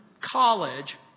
college